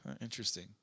Interesting